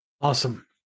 Awesome